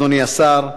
אדוני השר,